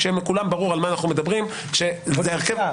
שאם אתה מדבר איתי כהסתכלות כוללת על הממשלה,